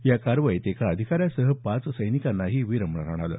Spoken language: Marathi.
या कारवाईत एका अधिकाऱ्यासह पाच सैनिकांनाही वीरमरण आलं